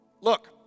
look